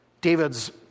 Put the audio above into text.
David's